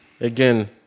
again